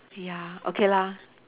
ya okay lah